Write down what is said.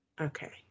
Okay